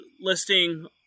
listing